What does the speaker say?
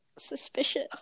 suspicious